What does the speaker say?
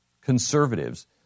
conservatives